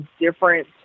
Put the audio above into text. different